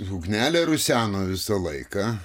ugnelė ruseno visą laiką